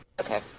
Okay